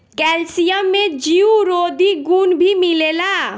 calcium में जीवरोधी गुण भी मिलेला